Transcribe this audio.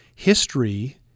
History